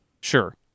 sure